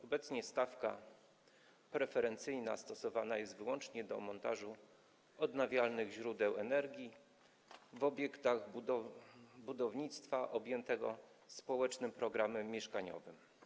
Obecnie stawka preferencyjna stosowana jest wyłącznie w przypadku montażu odnawialnych źródeł energii w obiektach budownictwa objętego społecznym programem mieszkaniowym.